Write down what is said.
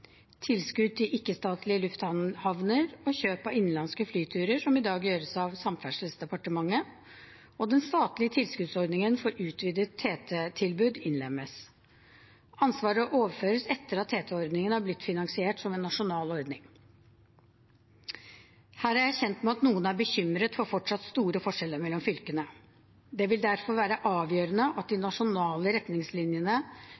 Tilskudd til ikke-statlige lufthavner og kjøp av innenlandske flyturer, som i dag gjøres av Samferdselsdepartementet, og den statlige tilskuddsordningen for utvidet TT-tilbud innlemmes. Ansvaret overføres etter at TT-ordningen er blitt finansiert som en nasjonal ordning. Jeg er kjent med at noen i den forbindelse er bekymret for fortsatt store forskjeller mellom fylkene. Det vil derfor være avgjørende at de